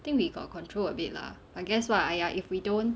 I think we got control a bit lah I guess lah !aiya! if we don't